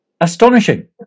astonishing